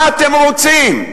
מה אתם רוצים?